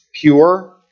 pure